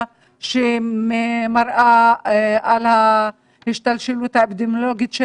אחר כך שמראה את ההשתלשלות האפידמיולוגית.